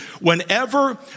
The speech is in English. whenever